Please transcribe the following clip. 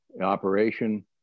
operation